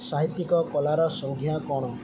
ସାହିତିକ କଳାର ସଂଜ୍ଞା କ'ଣ